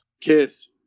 kiss